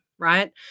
right